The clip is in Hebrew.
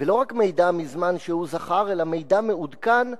ולא רק מידע מזמן שהוא זכר אלא מידע מעודכן,